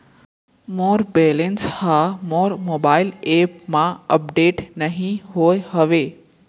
मोर balance हा मोर mobile app मा अपडेट नहीं होय हवे